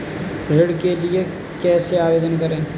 ऋण के लिए कैसे आवेदन करें?